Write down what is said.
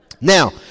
now